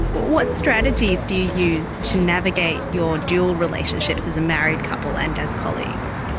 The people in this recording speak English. but what strategies do you use to navigate your dual relationships as a married couple and as colleagues?